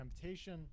temptation